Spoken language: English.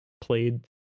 played